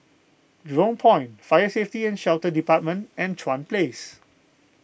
Jurong Point Fire Safety and Shelter Department and Chuan Place